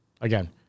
Again